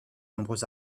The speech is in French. nombreux